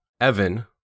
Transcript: Evan